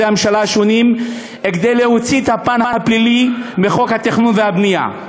הממשלה השונים כדי להוציא את הפן הפלילי מחוק התכנון והבנייה.